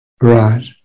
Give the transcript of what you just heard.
Right